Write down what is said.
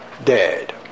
Dead